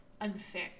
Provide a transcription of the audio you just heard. unfair